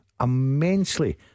immensely